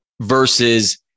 versus